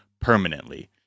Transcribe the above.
permanently